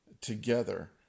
together